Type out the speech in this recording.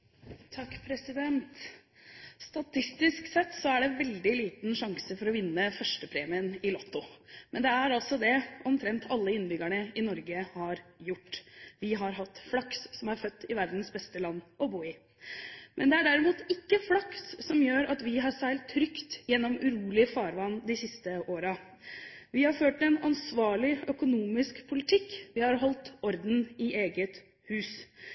det veldig liten sjanse for å vinne førstepremien i Lotto, men det er altså det omtrent alle innbyggerne i Norge har gjort. Vi har hatt flaks som er født i verdens beste land å bo i. Men det er derimot ikke flaks som gjør at vi har seilt trygt gjennom urolige farvann de siste årene. Vi har ført en ansvarlig økonomisk politikk, vi har holdt orden i eget hus.